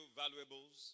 valuables